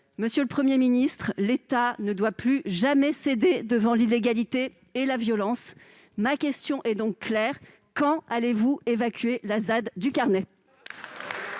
Monsieur le Premier ministre, l'État ne doit plus jamais céder devant l'illégalité et la violence. Ma question est donc claire : quand allez-vous évacuer la ZAD du Carnet ?